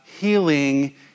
healing